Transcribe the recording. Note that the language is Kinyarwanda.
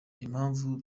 impamvu